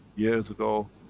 years ago,